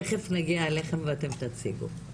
תיכף נגיע אליכם ואתם תציגו.